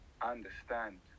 Understand